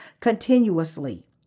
continuously